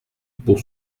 pour